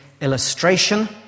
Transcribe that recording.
illustration